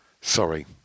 Sorry